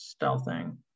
stealthing